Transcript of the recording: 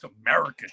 America